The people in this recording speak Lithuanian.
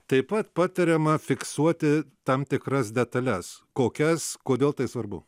taip pat patariama fiksuoti tam tikras detales kokias kodėl tai svarbu